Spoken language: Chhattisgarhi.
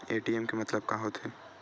ए.टी.एम के मतलब का होथे?